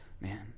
man